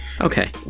Okay